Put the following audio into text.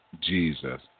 Jesus